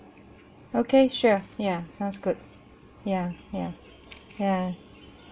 okay sure ya sounds good ya ya ya